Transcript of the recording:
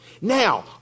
Now